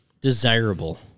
desirable